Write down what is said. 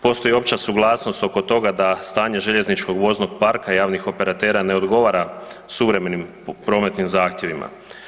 Postoji opća suglasnost oko toga da stanje željezničkog voznog parka i javnih operatera ne odgovara suvremenim prometnim zahtjevima.